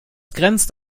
grenzt